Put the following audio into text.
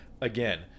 again